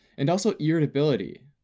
and also irritability.